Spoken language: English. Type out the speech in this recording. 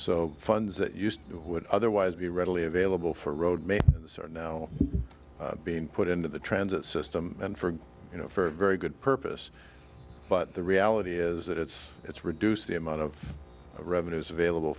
so funds that used would otherwise be readily available for road maybe this are now being put into the transit system and for you know for a very good purpose but the reality is that it's it's reduced the amount of revenues available